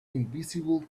invisible